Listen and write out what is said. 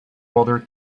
other